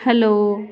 hello